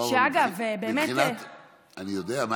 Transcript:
מעל 80% מהנשים החרדיות, אני יודע.